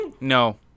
No